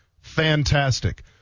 Fantastic